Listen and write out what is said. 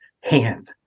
hand